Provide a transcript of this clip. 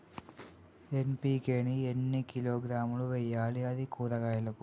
NPK ని ఎన్ని కిలోగ్రాములు వెయ్యాలి? అది కూరగాయలకు?